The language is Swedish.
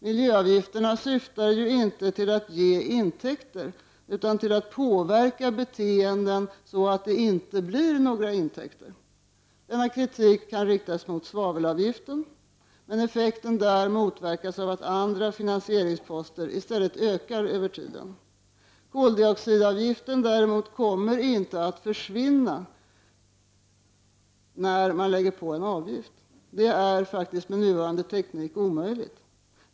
Miljöavgifterna syftar ju inte till att ge intäkter utan till att påverka beteenden, så att det inte blir några intäkter. Denna kritik kan riktas mot svavelavgiften, men effekten där motverkas av att andra finansieringsposter i stället ökar över tiden. Koldioxidavgiften däremot kommer inte att — kan inte — leda till att koldioxidutsläppen försvinner. Det är med nuvarande teknik omöjligt.